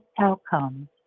outcomes